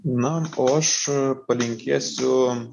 na o aš palinkėsiu